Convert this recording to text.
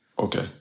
Okay